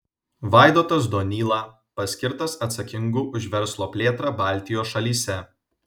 vaidotas donyla paskirtas atsakingu už verslo plėtrą baltijos šalyse